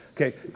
Okay